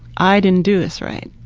i didn't do this right.